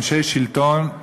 אנשי שלטון,